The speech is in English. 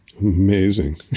Amazing